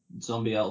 Zombie